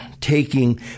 taking